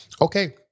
Okay